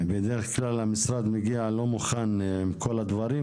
בדרך כלל המשרד מגיע לא מוכן עם כל הדברים,